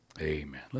Amen